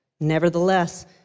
Nevertheless